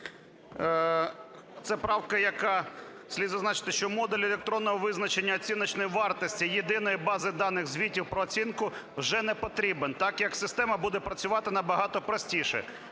Це правка, яка… Слід зазначити, що модуль електронного визначення оціночної вартості Єдиної бази даних звітів про оцінку вже не потрібен, так як система буде працювати набагато простіше.